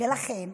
ולכן,